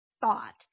thought